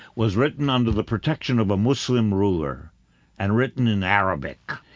was written under the protection of a muslim ruler and written in arabic.